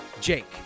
Jake